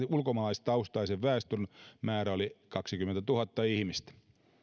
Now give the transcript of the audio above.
ulkomaalaistaustaisen väestön määrä oli kaksikymmentätuhatta ihmistä